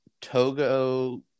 Togo